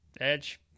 edge